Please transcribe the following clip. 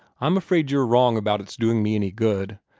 i'm afraid you're wrong about it's doing me any good,